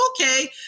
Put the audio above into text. okay